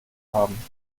haben